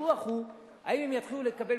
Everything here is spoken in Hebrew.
הוויכוח הוא האם הם יתחילו לקבל,